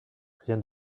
rien